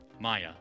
Maya